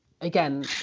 again